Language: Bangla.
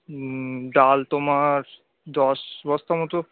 ডাল তোমার দশ বস্তা মতো